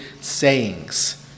sayings